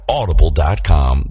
Audible.com